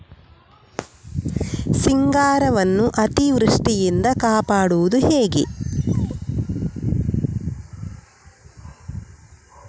ಸಿಂಗಾರವನ್ನು ಅತೀವೃಷ್ಟಿಯಿಂದ ಕಾಪಾಡುವುದು ಹೇಗೆ?